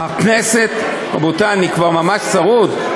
הכנסת, רבותי, אני כבר ממש צרוד.